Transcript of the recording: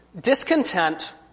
Discontent